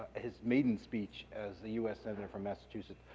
his maiden speech as the u s. senator from massachusetts.